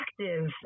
active